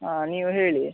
ಹಾಂ ನೀವು ಹೇಳಿ